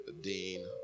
dean